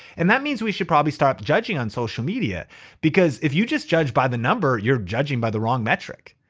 and that means we should probably start judging on social media because if you just judge by the number, you're judging by the wrong metric.